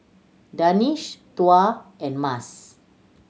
Danish Tuah and Mas